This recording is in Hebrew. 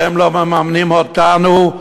אתם לא מממנים אותנו.